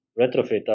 retrofit